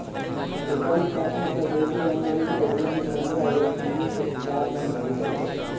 एकर स्थापना स्वदेशी आन्दोलन के रूप में पन्द्रह अगस्त उन्नीस सौ सात में भइल रहे